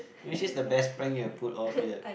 which is the best prank you have pulled off yet